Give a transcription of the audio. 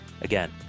Again